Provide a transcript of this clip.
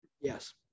Yes